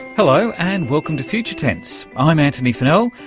hello and welcome to future tense, i'm antony funnell,